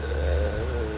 err